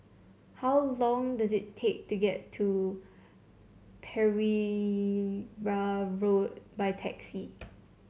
how long does it take to get to Pereira Road by taxi